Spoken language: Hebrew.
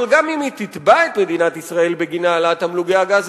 אבל גם אם תתבע את מדינת ישראל בגין העלאת תמלוגי הגז,